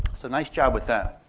so nice job with that.